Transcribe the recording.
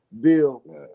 Bill